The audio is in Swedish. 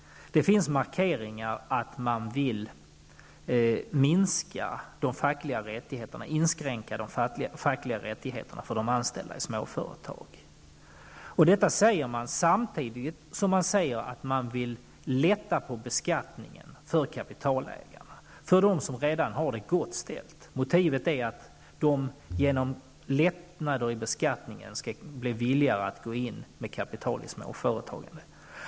Det finns nämligen markeringar om att man vill inskränka de fackliga rättigheterna för anställda i småföretag. Detta säger man samtidigt som man säger sig vilja lätta på beskattningen för kapitalägarna, för dem som redan har det gott ställt. Motivet är att dessa genom lättnader i fråga om beskattningen skall bli mera villiga att gå in med kapital i småföretagen.